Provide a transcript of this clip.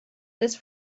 this